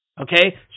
Okay